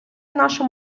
нашим